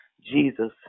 Jesus